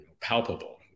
palpable